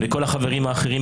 וכל החברים האחרים,